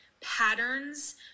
patterns